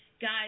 Guys